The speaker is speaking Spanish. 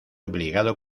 obligado